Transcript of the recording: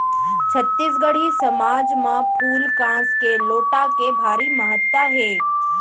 छत्तीसगढ़ी समाज म फूल कांस के लोटा के भारी महत्ता हे